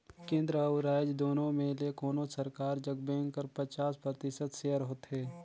केन्द्र अउ राएज दुनो में ले कोनोच सरकार जग बेंक कर पचास परतिसत सेयर होथे